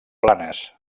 planes